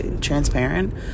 transparent